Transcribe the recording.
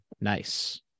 nice